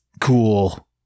cool